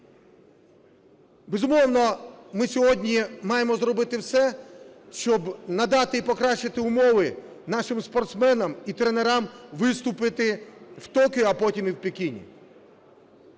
Безумовно, ми сьогодні маємо зробити все, щоб надати і покращити умови нашим спортсменам і тренерам виступити в Токіо, а потім і в Пекіні.